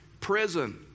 prison